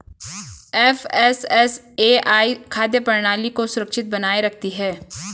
FSSAI खाद्य प्रणाली को सुरक्षित बनाए रखती है